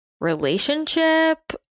relationship